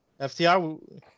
FTR